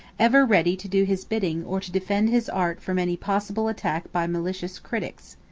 ever ready to do his bidding or to defend his art from any possible attack by malicious critics.